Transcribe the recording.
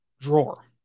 drawer